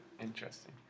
interesting